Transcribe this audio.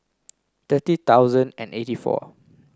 thirty thousand and eighty four